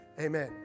Amen